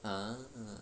ah